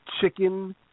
chicken